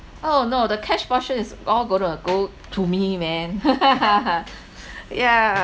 oh no the cash portion is all going to go to me man yeah